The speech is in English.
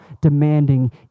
demanding